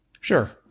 Sure